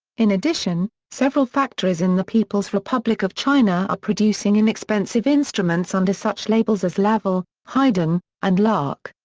in addition, several factories in the people's republic of china are producing inexpensive instruments under such labels as laval, haydn, and lark,